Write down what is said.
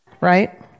right